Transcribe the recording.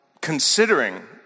considering